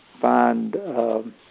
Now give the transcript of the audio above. find